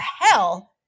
hell